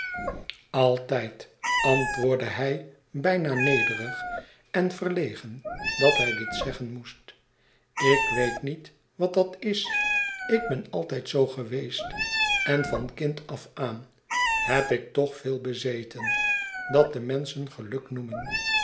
altijd antwoordde hij bijna nederig en verlegen dat hij dit zeggen moest ik weet niet wat dat is ik ben altijd zoo geweest en van kind af aan heb ik toch veel bezeten dat de menschen geluk noemen